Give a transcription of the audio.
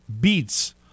beats